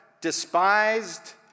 despised